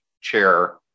chair